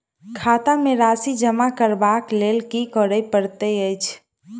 खाता मे राशि जमा करबाक लेल की करै पड़तै अछि?